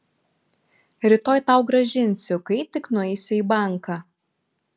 rytoj tau grąžinsiu kai tik nueisiu į banką